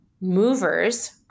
movers